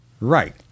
Right